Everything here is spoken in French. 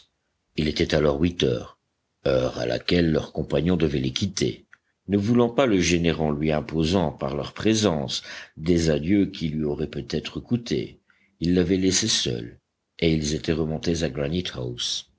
il était alors huit heures heure à laquelle leur compagnon devait les quitter ne voulant pas le gêner en lui imposant par leur présence des adieux qui lui auraient peut-être coûté ils l'avaient laissé seul et ils étaient remontés à